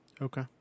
Okay